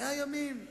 100 ימים.